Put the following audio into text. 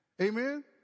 Amen